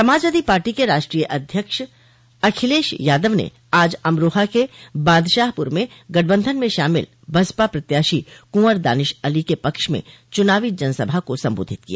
समाजवादी पार्टी के राष्ट्रीय अध्यक्ष अखिलेश यादव ने आज अमरोहा के बादशाहपुर में गठबंधन में शामिल बसपा प्रत्याशी कुंवर दानिश अली के पक्ष में चुनावी जनसभा को संबोधित किया